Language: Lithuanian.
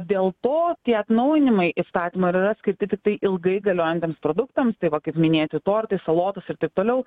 dėl to tie atnaujinimai įstatymo ir yra skirti tiktai ilgai galiojantiems produktams tai va kaip minėti tortai salotos ir taip toliau